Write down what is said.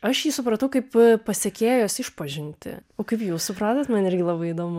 aš jį supratau kaip pasekėjos išpažintį o kaip jūs supratot man irgi labai įdomu